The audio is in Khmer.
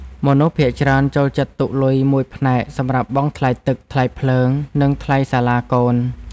មនុស្សភាគច្រើនចូលចិត្តទុកលុយមួយផ្នែកសម្រាប់បង់ថ្លៃទឹក ថ្លៃភ្លើង និងថ្លៃសាលាកូន។